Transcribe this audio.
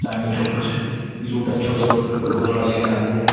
چاندنی چوک پر لوٹن چھولے بٹورے والے کے نام سے